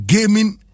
Gaming